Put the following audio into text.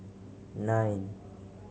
nine